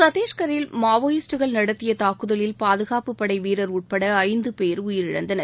சத்தீஷ்கரில் மாவோயிஸ்ட்டுகள் நடத்திய தாக்குதலில் பாதுகாப்புப் படை வீரர் உட்பட ஐந்து பேர் உயிரிழந்தனர்